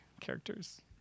characters